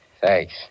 Thanks